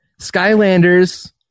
Skylanders